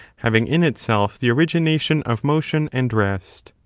having in itself the origination of motion and rest.